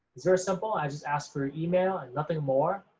it's very simple, i just ask for your email and nothing more.